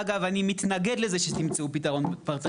אגב אני מתנגד לזה שתמצאו פתרון פרטני,